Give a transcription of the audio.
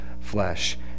flesh